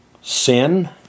sin